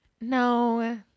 No